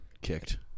Kicked